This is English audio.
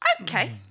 Okay